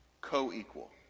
Co-equal